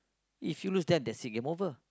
if you lose that they see game over